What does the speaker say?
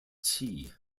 chi